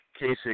Kasich